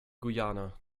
guyana